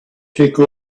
take